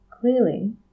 Clearly